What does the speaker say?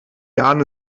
jahren